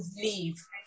leave